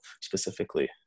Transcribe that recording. specifically